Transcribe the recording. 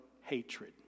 hatred